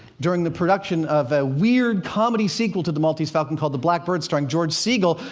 during the production of a weird comedy sequel to the maltese falcon, called the black bird, starring george segal,